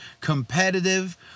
competitive